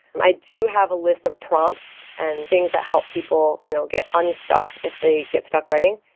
i do have a list of prompts and things that help people you know get unstuck if they get stuck writing.